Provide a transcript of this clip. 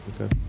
Okay